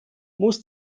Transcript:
muss